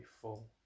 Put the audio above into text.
full